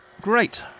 Great